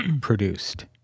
produced